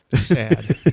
sad